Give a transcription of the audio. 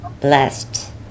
blessed